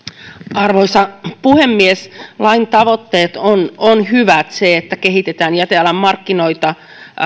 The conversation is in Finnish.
arvoisa puhemies lain tavoitteet ovat hyvät se että kehitetään jätealan markkinoita